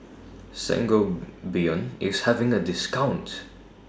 Sangobion IS having A discount